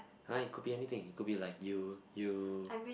!huh! it could be anything it could be like you you